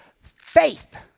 faith